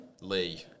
Lee